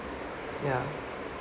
ya